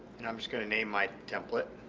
and i'm just gonna name my template